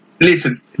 Listen